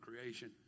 creation